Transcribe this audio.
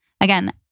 Again